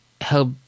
help